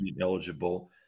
eligible